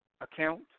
account